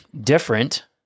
different